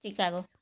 Chicago